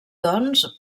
doncs